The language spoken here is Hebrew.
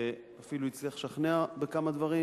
ואפילו הצליח לשכנע בכמה דברים,